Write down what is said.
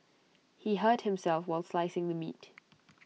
he hurt himself while slicing the meat